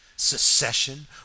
secession